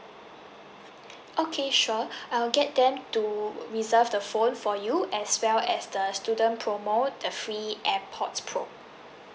okay sure I'll get them to reserve the phone for you as well as the student promo~ the free airpods pro